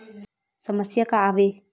समस्या का आवे?